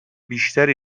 بیشتری